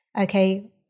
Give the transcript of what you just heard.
okay